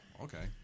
Okay